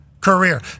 career